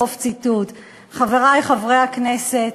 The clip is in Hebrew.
חברי חברי הכנסת,